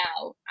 now